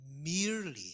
merely